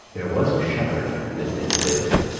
there was a shepherd that did live,